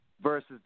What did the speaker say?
versus